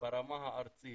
ברמה הארצית